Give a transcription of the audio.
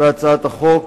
בהצעת החוק,